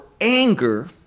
anger